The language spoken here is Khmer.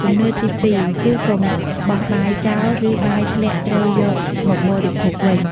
ជំនឿទីពីរ គឺកុំបោះបាយចោល ឬបាយធ្លាក់ត្រូវយកមកបរិភោគវិញ។